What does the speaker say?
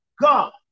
God